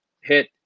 hit